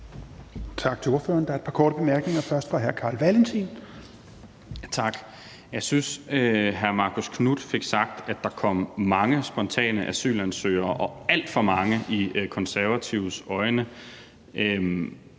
Tak til ordføreren. Der er et par korte bemærkninger. Først er det fra hr. Carl Valentin. Kl. 14:24 Carl Valentin (SF): Tak. Jeg synes, at hr. Marcus Knuth fik sagt, at der kom mange spontane asylansøgere, og alt for mange i Konservatives øjne,